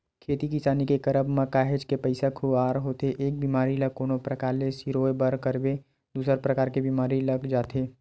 खेती किसानी के करब म काहेच के पइसा खुवार होथे एक बेमारी ल कोनो परकार ले सिरोय बर करबे दूसर परकार के बीमारी लग जाथे